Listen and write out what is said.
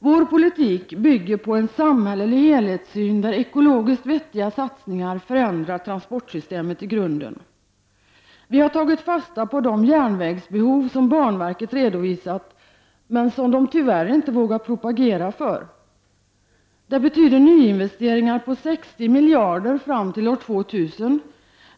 Vår politik bygger på en samhällelig helhetssyn där ekologiskt vettiga satsningar förändrar transportsystemet i grunden. Vi har tagit fasta på de järnvägsbehov som banverket redovisat, men som de tyvärr inte vågar propagera för. Det betyder nyinvesteringar på 60 miljarder fram till år 2000.